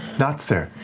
nott's there.